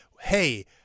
hey